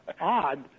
odd